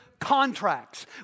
contracts